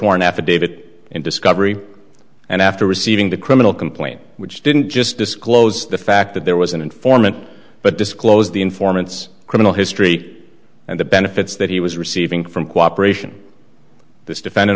warrant affidavit in discovery and after receiving the criminal complaint which didn't just disclose the fact that there was an informant but disclosed the informant's criminal history and the benefits that he was receiving from cooperation this defend